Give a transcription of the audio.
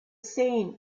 seen